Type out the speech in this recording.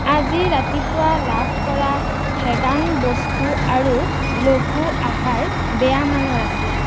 আজি ৰাতিপুৱা লাভ কৰা ভেগান বস্তু আৰু লঘু আহাৰ বেয়া মানৰ আছিল